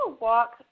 walk